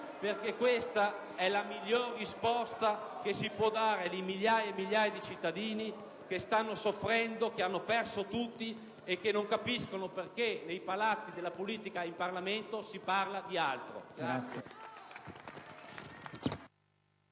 perché questa è la miglior risposta che si può dare alle migliaia e migliaia di cittadini che stanno soffrendo, che hanno perso tutto e che non capiscono perché nei palazzi della politica e in Parlamento si parla di altro.